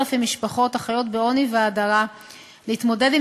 לכ-03,00 משפחות החיות בעוני והדרה להתמודד עם